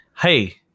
Hey